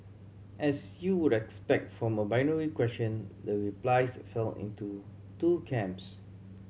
as you would expect from a binary question the replies fell into two camps